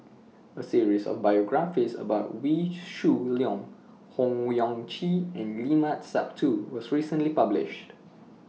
A series of biographies about Wee Shoo Leong Owyang Chi and Limat Sabtu was recently published